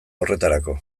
horretarako